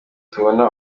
tubona